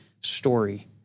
story